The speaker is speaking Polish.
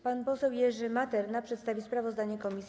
Pan poseł Jerzy Materna przedstawi sprawozdanie komisji.